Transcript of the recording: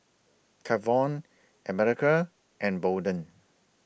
Kavon America and Bolden